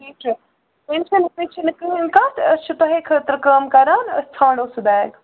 ٹھیٖک چھُ وُنہِ چھِ نہٕ وُنہِ چھ نہٕ کٕہٕنٛۍ کَتھ أسۍ چھِ تۄہے خٲطرٕ کٲم کَران أسۍ ژھانڈو سُہ بیگ